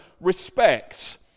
respect